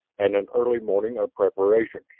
and an early morning of preparations,